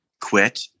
Quit